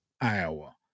Iowa